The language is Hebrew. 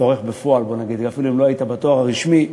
עורך בפועל, אפילו אם לא היית בתואר הרשמי.